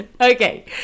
Okay